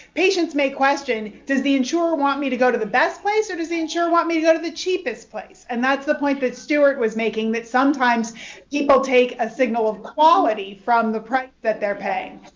patients may question, does the insurer want me to go to the best place or does the insurer want me to go to the cheapest place. and that's the point that stuart was making. that sometimes people take a signal of quality from the price that they're paying.